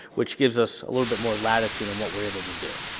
which gives us a little bit more latitude on what we're able to do.